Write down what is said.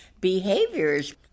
behaviors